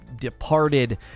departed